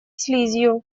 слизью